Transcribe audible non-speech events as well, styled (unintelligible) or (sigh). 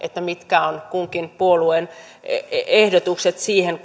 mitkä ovat kunkin puolueen ehdotukset siihen (unintelligible)